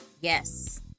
Yes